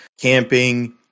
camping